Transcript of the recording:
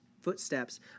footsteps